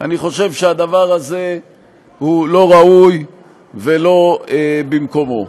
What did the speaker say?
אני חושב שהדבר הזה הוא לא ראוי ולא במקומו.